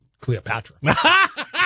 Cleopatra